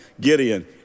Gideon